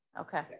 Okay